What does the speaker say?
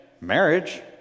marriage